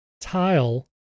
Tile